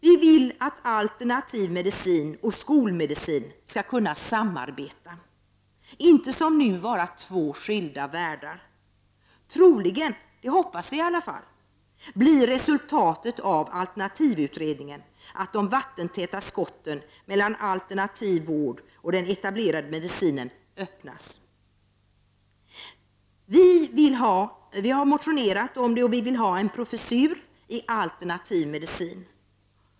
Vi vill att alternativ medicin och skolmedicin skall kunna samarbeta, inte som nu vara två skilda världar. Troligen, det hoppas vi i alla fall, blir resultatet av alternativutredningen att de vattentäta skotten mellan alternativ vård och den etablerade medicinen öppnas. Vi har motionerat om och vill ha en professur i alternativ medicin.